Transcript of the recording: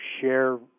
share